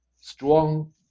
strong